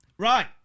Right